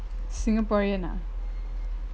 singaporean ah